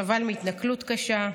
הוא סבל מהתנכלות קשה,